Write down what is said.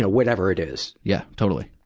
ah whatever it is. yeah, totally.